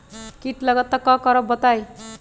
कीट लगत त क करब बताई?